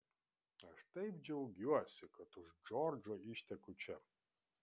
aš taip džiaugiuosi kad už džordžo išteku čia